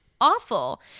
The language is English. awful